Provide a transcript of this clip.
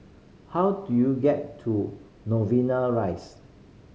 how do you get to Novena Rise